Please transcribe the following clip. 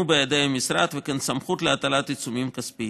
בידי המשרד וכן סמכות להטלת עיצומים כספיים.